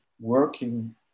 working